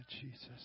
jesus